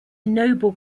noble